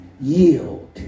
Yield